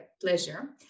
pleasure